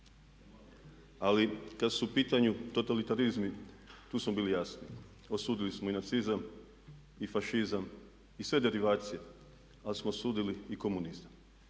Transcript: ali kada su u pitanju totalitarizmi tu smo bili jasni. Osudili smo i nacizam i fašizam i sve derivacije ali smo osudili i komunizam.